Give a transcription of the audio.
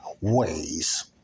ways